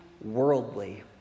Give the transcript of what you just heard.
worldly